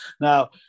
now